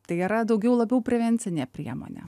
tai yra daugiau labiau prevencinė priemonė